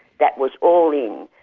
that was all in.